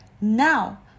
Now